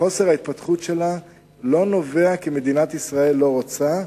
חוסר ההתפתחות שלה הוא לא כי מדינת ישראל לא רוצה,